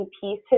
piece